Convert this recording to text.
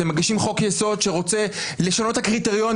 אתם מגישים חוק יסוד שרוצה לשנות את הקריטריונים